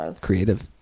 creative